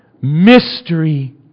mystery